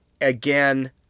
again